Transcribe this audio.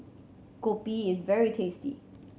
kopi is very tasty